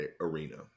arena